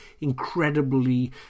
incredibly